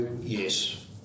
yes